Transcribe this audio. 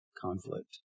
conflict